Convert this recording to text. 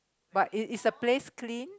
but is is the place clean